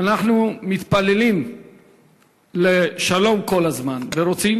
אנחנו מתפללים לשלום כל הזמן ורוצים